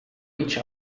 each